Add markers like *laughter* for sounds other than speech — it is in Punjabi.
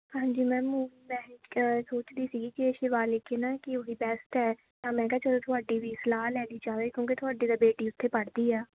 ਹਾਂਜੀ ਮੈਮ *unintelligible* ਸੋਚਦੀ ਸੀਗੀ ਕਿ ਸ਼ਿਵਾਲਿਕ ਹੀ ਨਾ ਕਿ ਓਹੀ ਬੈਸਟ ਹੈ ਤਾਂ ਮੈਂ ਕਿਹਾ ਚਲੋ ਤੁਹਾਡੀ ਵੀ ਸਲਾਹ ਲੈ ਲਈ ਜਾਵੇ ਕਿਉਂਕਿ ਤੁਹਾਡੀ ਤਾਂ ਬੇਟੀ ਉੱਥੇ ਪੜ੍ਹਦੀ ਆ